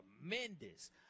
tremendous